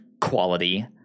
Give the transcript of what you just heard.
quality